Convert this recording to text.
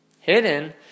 hidden